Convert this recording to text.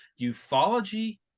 Ufology